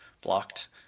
blocked